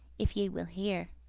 if ye will hear.